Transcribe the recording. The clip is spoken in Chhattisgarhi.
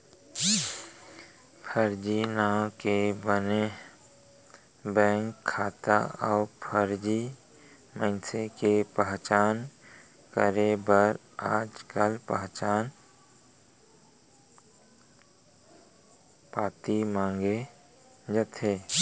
फरजी नांव के बने बेंक खाता अउ फरजी मनसे के पहचान करे बर आजकाल पहचान पाती मांगे जाथे